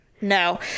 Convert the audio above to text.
No